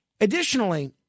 Additionally